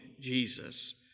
Jesus